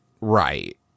right